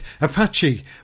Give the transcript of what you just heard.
Apache